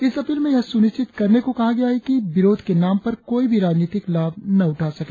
इस अपील में यह सुनिश्चित करने को कहा है कि विरोध के नाम पर कोई भी राजनीतिक लाभ उठा न सके